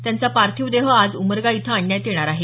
त्यांचा पार्थिव देह आज उमरगा इथं आणण्यात येणार आहे